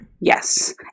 Yes